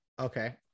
Okay